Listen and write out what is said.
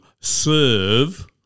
serve